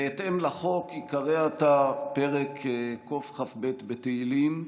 בהתאם לחוק, ייקרא עתה פרק קכ"ב בתהילים.